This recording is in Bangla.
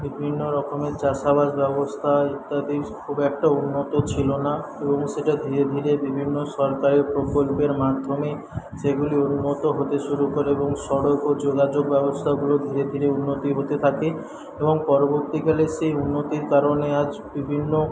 বিভিন্ন রকমের চাষাবাদ ব্যবস্থা ইত্যাদি খুব একটা উন্নত ছিলোনা এবং সেটা ধীরে ধীরে বিভিন্ন সরকারের প্রকল্পের মাধ্যমে সেগুলি উন্নত হতে শুরু করে এবং সড়ক ও যোগাযোগ ব্যবস্থাগুলো ধীরে ধীরে উন্নতি হতে থাকে এবং পরবর্তীকালে সেই উন্নতির কারণে আজ বিভিন্ন